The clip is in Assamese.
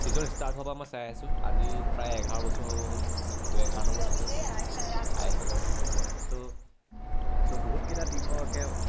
ছিজন ষ্টাৰ্ট হোৱাৰ পৰা মই চাই আছোঁ আজি প্ৰায় এঘাৰ বছৰ হ'ব হ'ল এইটো এঘাৰ নম্বৰ ছিজন আই এছ এলৰ চ' চ' বহুতকেইটা টিমকে